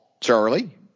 Charlie